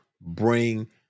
bring